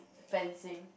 fencing